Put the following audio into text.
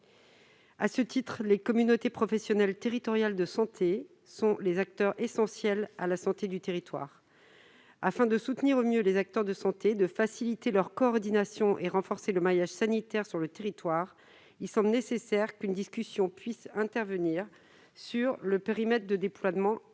À ce titre, les communautés professionnelles territoriales de santé sont des acteurs essentiels de la santé sur le territoire. Afin de soutenir au mieux les acteurs de santé, de faciliter leur coordination et de renforcer le maillage sanitaire sur le territoire, une discussion est nécessaire sur le périmètre de déploiement des CPTS, en